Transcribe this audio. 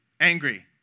angry